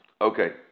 Okay